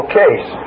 case